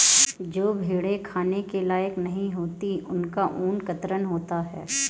जो भेड़ें खाने के लायक नहीं होती उनका ऊन कतरन होता है